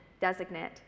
designate